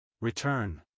Return